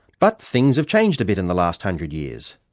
but things have changed a bit in the last hundred years.